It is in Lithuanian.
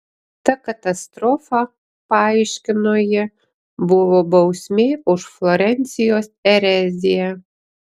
ta katastrofa paaiškino ji buvo bausmė už florencijos ereziją